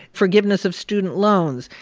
forgiveness of student loans.